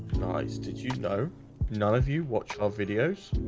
nice did you know none of you watch our videos?